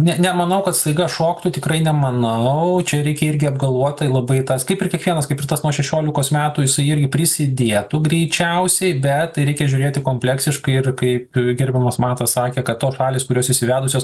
ne nemanau kad staiga šoktų tikrai nemanau čia reikia irgi apgalvotai labai tas kaip ir kiekvienas kaip ir tas nuo šešiolikos metų jisai irgi prisidėtų greičiausiai bet reikia žiūrėti kompleksiškai ir kaip gerbiamas matas sakė kad tos šalys kurios įsivedusios